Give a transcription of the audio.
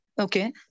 Okay